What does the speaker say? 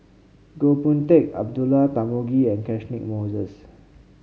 Goh Boon Teck Abdullah Tarmugi and Catchick Moses